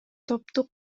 топтук